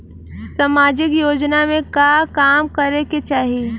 सामाजिक योजना में का काम करे के चाही?